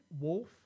wolf